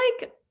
like-